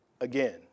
again